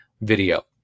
video